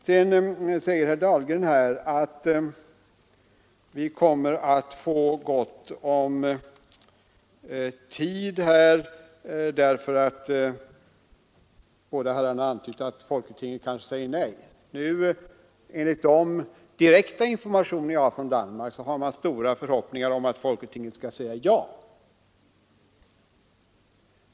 Herr Dahlgren säger att vi kommer att få gott om tid — och båda herrarna har antytt att folketinget kanske säger nej. Enligt de direkta informationer jag har fått från Danmark har man stora förhoppningar om att folketinget skall säga ja.